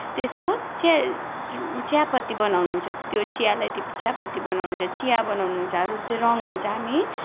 त्यसको चिया चियापत्ती बनाउनुहुन्छ त्यो चियालाई त्यो चियापत्ती बनाउनुहुन्छ चिया बनाउनुहुन्छ अरू चाहिँ रङ हुन्छ हामी